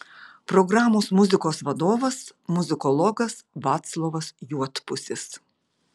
programos muzikos vadovas muzikologas vaclovas juodpusis